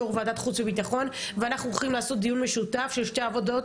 יו"ר וועדת חוץ ובטחון ואנחנו הולכים לעשות דיון משותף של שתי הוועדות,